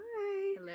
Hi